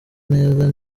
neza